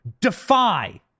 defy